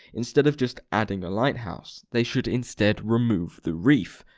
instead of just adding a lighthouse. they should instead remove the reef.